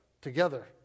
together